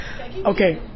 Okay